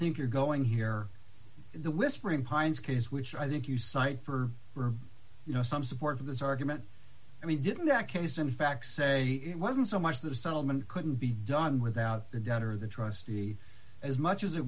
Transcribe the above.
think you're going here in the whispering pines case which i think you cite for you know some support for this argument and he didn't that case in fact say it wasn't so much of the settlement couldn't be done without the debt or the trustee as much as it